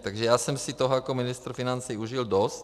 Takže já jsem si toho jako ministr financí užil dost.